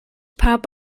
pop